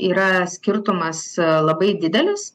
yra skirtumas labai didelis